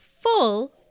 full